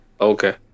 okay